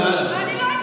אני לא הייתי,